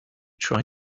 try